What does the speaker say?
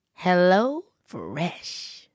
HelloFresh